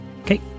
okay